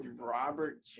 Robert